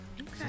Okay